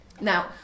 Now